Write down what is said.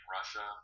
Russia